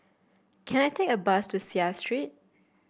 can I take a bus to Seah Street